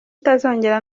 utazongera